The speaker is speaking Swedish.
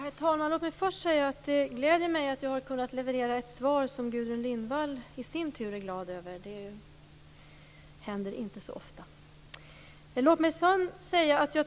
Herr talman! Låt mig först säga att det gläder mig att jag har kunnat leverera ett svar som Gudrun Lindvall i sin tur är glad över. Det händer inte så ofta.